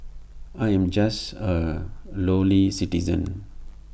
I am just A lowly citizen